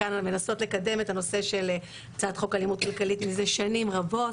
מנסות לקדם את הנושא של הצעת חוק אלימות כלכלית מזה שנים רבות,